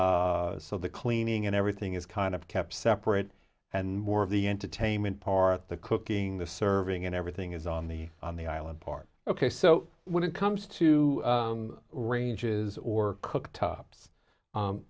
so the cleaning and everything is kind of kept separate and more of the entertainment part the cooking the serving and everything is on the on the island part ok so when it comes to ranges or cooktops